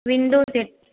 window set